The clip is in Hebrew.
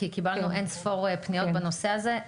כי קיבלנו אין-ספור פניות בנושא הזה.